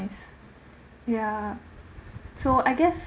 ya so I guess